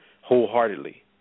wholeheartedly